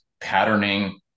patterning